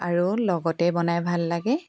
আৰু লগতে বনাই ভাল লাগে